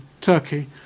Turkey